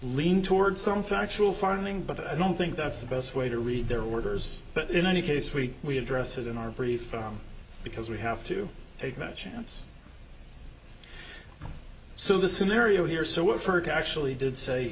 lean toward some factual farming but i don't think that's the best way to read their orders but in any case we we address it in our brief because we have to take that chance so the scenario here so we've heard actually did say